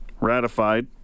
ratified